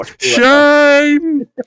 Shame